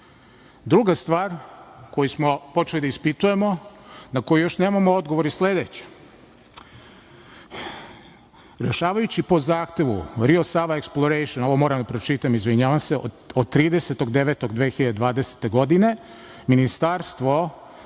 stvar koju smo počeli da ispitujemo, na koju još nemamo odgovor, je sledeća – rešavajući po zahtevu „Rio Sava eksplorejšn“, ovo moram da pročitam, izvinjavam se, od 30. 9. 2020. godine, Ministarstvo